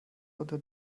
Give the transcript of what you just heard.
unter